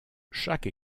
chaque